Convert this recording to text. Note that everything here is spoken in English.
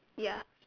ya